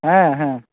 ᱦᱮᱸ ᱦᱮᱸ